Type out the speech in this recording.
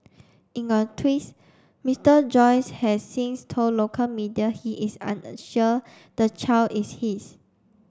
in a twist Mister Joyce has since told local media he is unsure the child is his